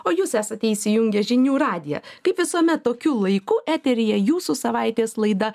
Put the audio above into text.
o jūs esate įsijungę žinių radiją kaip visuomet tokiu laiku eteryje jūsų savaitės laida